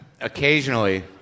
occasionally